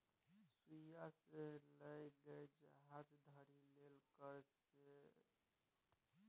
सुइया सँ लए कए जहाज धरि लेल कर केर भुगतान करय परैत छै